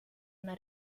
una